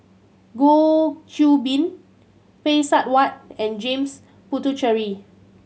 Goh Qiu Bin Phay Seng Whatt and James Puthucheary